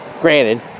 granted